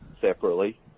separately